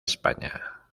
españa